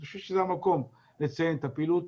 אני חושב שזה המקום לציין את הפעילות